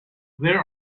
there